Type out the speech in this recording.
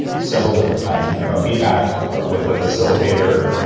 several different kinds of neurofeedback with a facilitator.